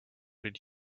did